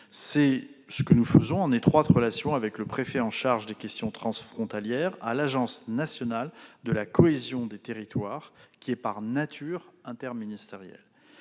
C'est ce que nous faisons en étroite relation avec le préfet chargé des questions transfrontalières à l'Agence nationale de la cohésion des territoires, qui est, par nature, interministérielle.